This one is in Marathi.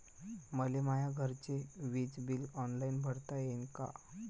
मले माया घरचे विज बिल ऑनलाईन भरता येईन का?